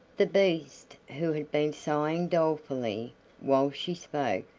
the beast, who had been sighing dolefully while she spoke,